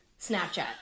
Snapchat